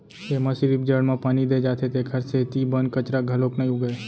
एमा सिरिफ जड़ म पानी दे जाथे तेखर सेती बन कचरा घलोक नइ उगय